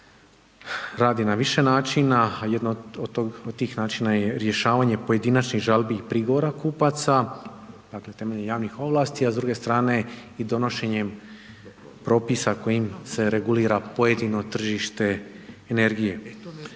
radi na više načina, a jedno od tih načina je rješavanje pojedinačnih žalbi i prigovora kupaca, dakle, temeljem javnih ovlasti, a s druge strane i donošenjem propisa kojim se regulira pojedino tržište energije.